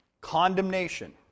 condemnation